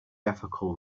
ethical